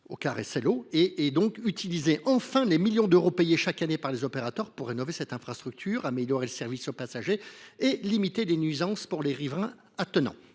aux cars SLO et utiliser enfin les millions d’euros payés chaque année par les opérateurs pour rénover cette infrastructure, améliorer le service aux passagers et limiter les nuisances pour les riverains attenants.